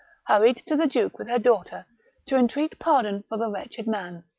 hurried to the duke with her daughter to entreat pardon for the wretched man.